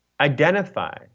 identify